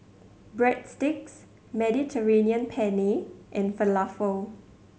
Breadsticks Mediterranean Penne and Falafel